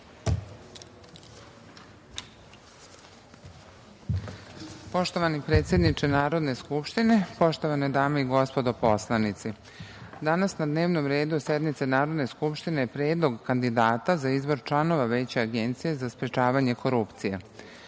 Poštovani predsedniče Narodne skupštine, poštovane dame i gospodo poslanici, danas na dnevnom redu sednice Narodne skupštine je Predlog kandidata za izbor članova Veća Agencije za sprečavanje korupcije. Kao